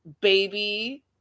baby